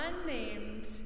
unnamed